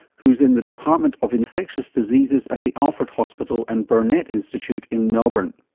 who's in the department of infectious diseases at the alfred hospital and burnet institute in melbourne.